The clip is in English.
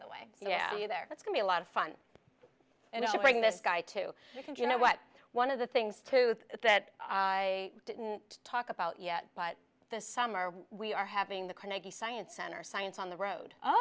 the way so yeah you there it's going be a lot of fun and if you bring this guy to you know what one of the things too that i didn't talk about yet but this summer we are having the carnegie science center science on the road oh